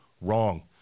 Wrong